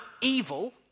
evil